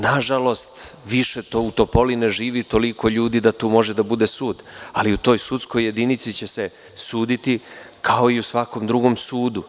Nažalost, više u Topoli ne živi toliko ljudi da tu može da bude sud, ali u toj sudskoj jedinici će se suditi kao i u svakom drugom sudu.